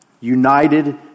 united